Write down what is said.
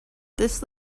this